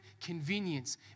convenience